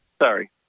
Sorry